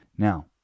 Now